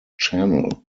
channel